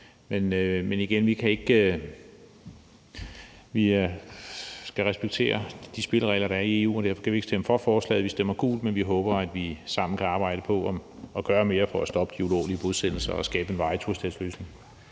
igen sige, at vi skal respektere de spilleregler, der er i EU, og at vi altså derfor ikke kan stemme for forslaget. Vi stemmer gult, men vi håber, at vi sammen kan arbejde på at gøre mere for at stoppe de ulovlige bosættelser og skabe en varig tostatsløsning.